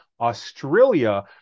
Australia